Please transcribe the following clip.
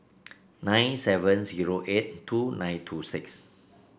nine seven zero eight two nine two six